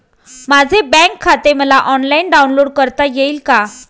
माझे बँक खाते मला ऑनलाईन डाउनलोड करता येईल का?